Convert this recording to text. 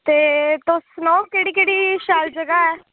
ते तुस सनाओ केह्ड़ी केह्ड़ी शैल जगह ऐ